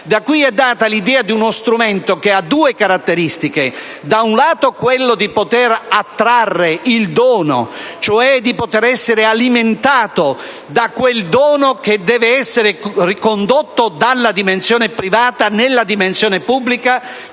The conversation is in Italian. *social card*, di uno strumento che ha due caratteristiche: da un lato, quella di poter attrarre il dono, cioè di poter essere alimentata da quel dono che deve essere ricondotto dalla dimensione privata nella dimensione pubblica,